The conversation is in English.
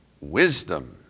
Wisdom